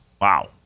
Wow